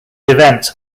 events